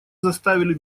заставили